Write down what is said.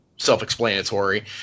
self-explanatory